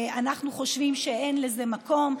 אנחנו חושבים שאין לזה מקום,